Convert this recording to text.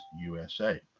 USA